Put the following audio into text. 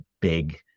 big